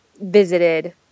visited